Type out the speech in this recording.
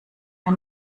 wir